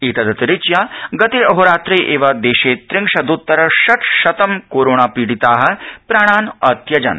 एतदतिरिच्य गते अहोरात्रे एव देशे त्रिंशद्तर षट्शतं कोरोना पीडिताः प्राणान् अत्यजन्